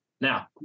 Now